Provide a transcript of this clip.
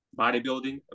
bodybuilding